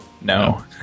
No